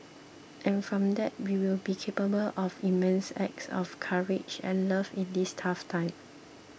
and from that we will be capable of immense acts of courage and love in this tough time